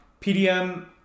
PDM